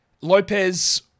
Lopez